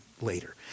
later